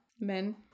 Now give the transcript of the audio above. men